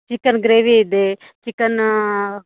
chicken gravy ಇದೆ chicken